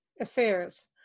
affairs